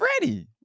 ready